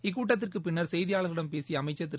இக்கூட்டத்திற்குப் பின்னர் செய்தியாளர்களிடம் பேசிய அமைச்சர் திரு